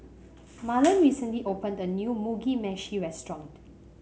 Marlon recently opened a new Mugi Meshi Restaurant